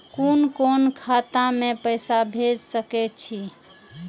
कुन कोण खाता में पैसा भेज सके छी?